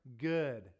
good